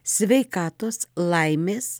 sveikatos laimės